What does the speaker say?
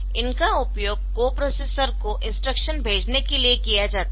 इनका उपयोग कोप्रोसेसर को इंस्ट्रक्शन भेजने के लिए किया जाता है